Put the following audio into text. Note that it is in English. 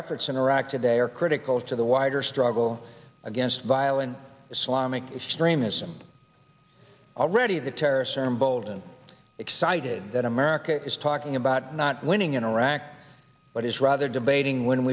efforts in iraq today are critical to the wider struggle against violent islamic extremism already the terrorists are emboldened excited that america is talking about not winning in iraq but is rather debating when